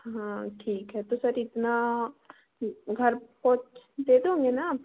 हाँ ठीक है तो सर इतना घर पहुँच दे दोगे ना आप